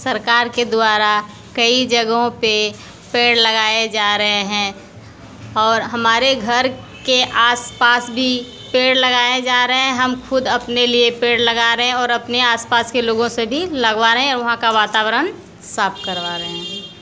सरकार के द्वारा कई जगहों पर पेड़ लगाए जा रहे हैं और हमारे घर के आस पास भी पेड़ लगाए जा रहें हैं हम ख़ुद आपने लिए पेड़ लगा रहें और अपने आस पास के लोगों से भी लगवा रहें हैं वहाँ का वातावरण साफ़ करवा रहें हैं